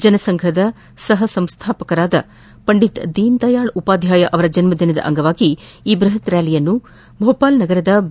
ಜನಸಂಘದ ಸಹಸಂಸ್ವಾಪಕರಾದ ಪಂಡಿತ್ ದೀನದಯಾಳ್ ಉಪಾಧ್ಯಾಯ ಅವರ ಜನ್ನದಿನದ ಅಂಗವಾಗಿ ಈ ಬ್ಬಪತ್ ರ್ಯಾಲಿಯನ್ನು ನಗರದ ಬಿ